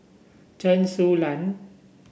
Chen Su Lan